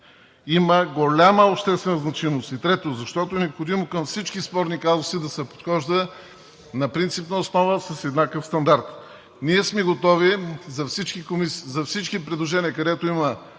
има голяма обществена значимост. И трето, защото е необходимо към всички спорни казуси да се подхожда на принципна основа с еднакъв стандарт. Ние сме готови за всички предложения, където има